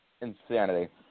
insanity